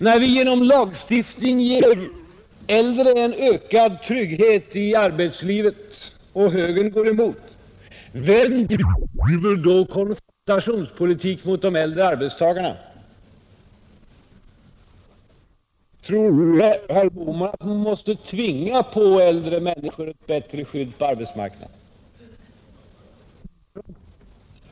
När vi genom en lagstiftning ger den äldre arbetskraften ökad trygghet i arbetslivet och högern går emot, vem driver då konfrontationspolitik mot de äldre arbetstagarna? Tror herr Bohman att man måste tvinga på äldre människor ett bättre skydd på arbetsmarknaden?